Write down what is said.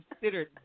considered